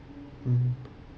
um